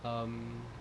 um